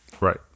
Right